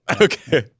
Okay